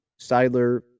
Seidler